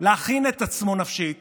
להכין את עצמו נפשית